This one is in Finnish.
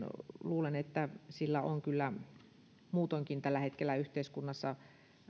luulen että kirjastolaitoksen sulkeutumisella on kyllä muutoinkin tällä hetkellä yhteiskunnassa